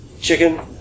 Chicken